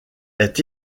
est